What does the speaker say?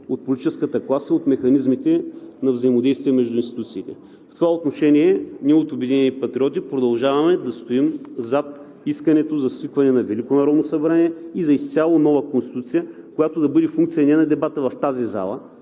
от политическата класа и от механизмите на взаимодействие между институциите. В това отношение ние от „Обединени патриоти“ продължаваме да стоим зад искането за свикване на Велико народно събрание и за изцяло нова Конституция, която да бъде функция не на дебата в тази зала,